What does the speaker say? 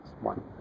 One